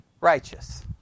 Righteous